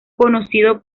conocido